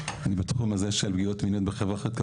אני בתחום הזה של פגיעות מיניות בחברה החרדית,